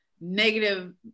negative